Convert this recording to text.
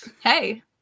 Hey